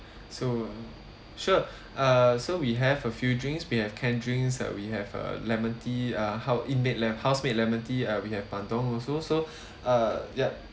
so uh sure uh so we have a few drinks we have canned drinks uh we have uh lemon tea uh hou~ in made le~ house made lemon tea uh we have bandung also so uh yup